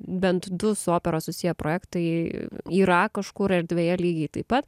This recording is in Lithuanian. bent du su opera susiję projektai yra kažkur erdvėje lygiai taip pat